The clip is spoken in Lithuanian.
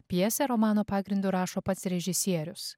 pjesę romano pagrindu rašo pats režisierius